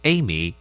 Amy